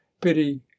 Pity